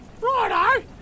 Righto